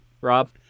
Rob